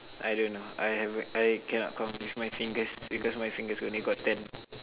I don't know I haven't I cannot count with my fingers because my fingers only got ten